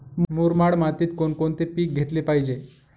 मुरमाड मातीत कोणकोणते पीक घेतले पाहिजे?